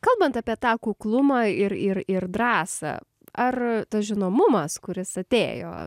kalbant apie tą kuklumą ir ir ir drąsą ar tas žinomumas kuris atėjo